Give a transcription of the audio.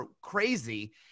Crazy